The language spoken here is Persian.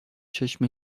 چشم